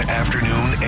afternoon